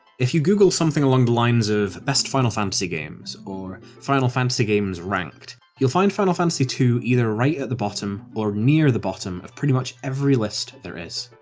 if you google something along the lines of best final fantasy games, or final fantasy games ranked, you'll find final fantasy ii either right at the bottom, or near the bottom of pretty much every list there is.